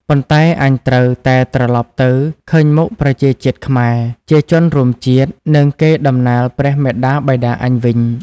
ប៉ុន្តែអញត្រូវតែត្រឡប់ទៅឃើញមុខប្រជាជាតិខ្មែរ ជាជនរួមជាតិ និងកេរ្តិ៍ដំណែលព្រះមាតាបិតាអញវិញ ។